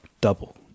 double